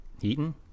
Heaton